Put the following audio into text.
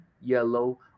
yellow